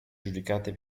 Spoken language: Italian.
giudicate